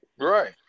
Right